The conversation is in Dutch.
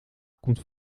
komt